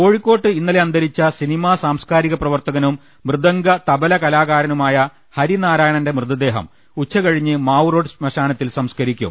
കോഴിക്കോട്ട് ഇന്നലെ അന്തരിച്ച സിനിമാ സാംസ്കാരിക പ്രവർത്ത കനും മൃദംഗ് തബല കലാകാരനുമായ ഹരിനാരായണന്റെ മൃതദേഹം ഉച്ച കഴിഞ്ഞ് മാവൂർ റോഡ് ശ്മശാനത്തിൽ സംസ്കരിക്കും